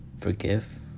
forgive